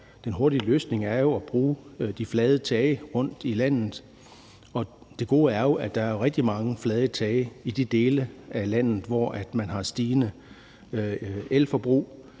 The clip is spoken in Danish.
Den hurtige løsning er jo at bruge de flade tage rundtomkring i landet. Det gode er jo, at der er rigtig mange flade tage i de dele af landet, hvor man har et stigende elforbrug.